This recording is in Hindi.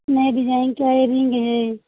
नए डिजाइन का इयररिंग है